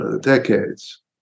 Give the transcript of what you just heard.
decades